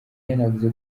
yanavuze